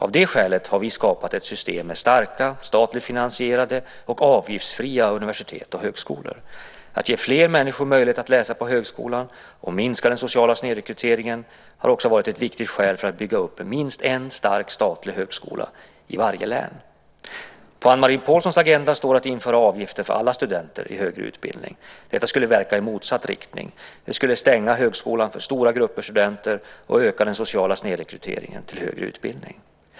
Av det skälet har vi skapat ett system med starka, statligt finansierade och avgiftsfria universitet och högskolor. Att ge fler människor möjlighet att läsa på högskolan och minska den sociala snedrekryteringen har också varit ett viktigt skäl för att bygga upp minst en stark statlig högskola i varje län. På Anne-Marie Pålssons agenda står att införa avgifter för alla studenter i högre utbildning. Detta skulle verka i motsatt riktning. Det skulle stänga högskolan för stora grupper studenter och öka den sociala snedrekryteringen till högre utbildning.